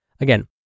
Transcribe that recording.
Again